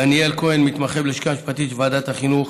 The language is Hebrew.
לדניאל כהן, מתמחה בלשכה המשפטית של ועדת החינוך,